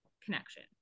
connection